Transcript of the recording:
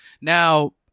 Now